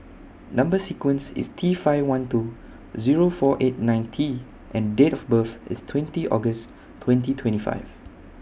Number sequence IS T five one two Zero four eight nine T and Date of birth IS twenty August twenty twenty five